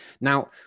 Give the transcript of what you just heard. Now